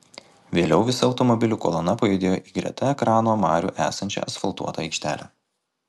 vėliau visa automobilių kolona pajudėjo į greta ekrano marių esančią asfaltuotą aikštelę